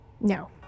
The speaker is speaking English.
No